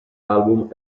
album